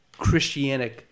Christianic